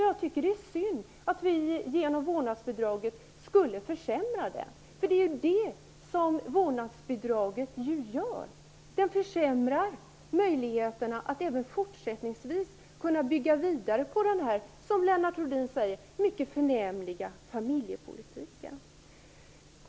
Jag tycker att det är synd att vi genom vårdnadsbidraget skulle försämra den, för det är det som vårdnadsbidraget ju gör. Det försämrar möjligheterna att även fortsättningsvis bygga vidare på den, som Lennart Rohdin säger, mycket förnämliga familjepolitiken.